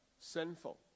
sinful